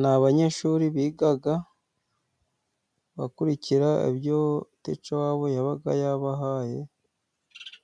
Ni abanyeshuri bigaga bakurikira ibyo tica wabo yabaga yabahaye,